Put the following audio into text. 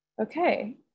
Okay